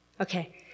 Okay